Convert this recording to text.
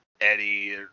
Eddie